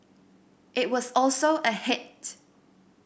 it was also a hit